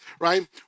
right